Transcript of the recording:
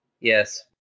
Yes